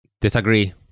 Disagree